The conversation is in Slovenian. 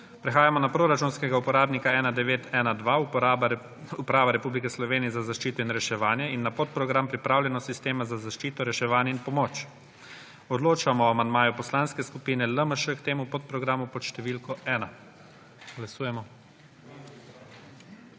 Prehajamo na proračunskega uporabnika 1912 – Uprava Republike Slovenije za zaščito in reševanje in na podprogram Pripravljenost sistema za zaščito, reševanje in pomoč. Odločamo o amandmaju Poslanske skupine LMŠ k temu podprogramu pod številko 1.